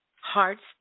heart's